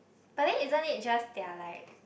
but then isn't it just they are like